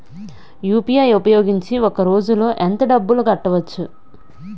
UPI ఉపయోగించి ఒక రోజులో ఎంత డబ్బులు కట్టవచ్చు?